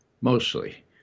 mostly